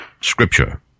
Scripture